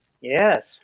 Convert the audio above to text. Yes